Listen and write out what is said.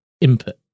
input